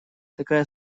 такая